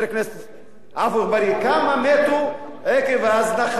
כמה מתו עקב ההזנחה והקריסה של מערכת הבריאות?